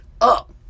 up